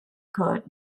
could